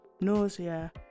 nausea